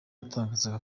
yatangazaga